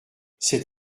c’est